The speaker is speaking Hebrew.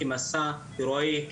כמסע הרואי,